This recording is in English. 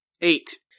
Eight